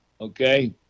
Okay